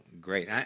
great